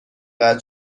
قطع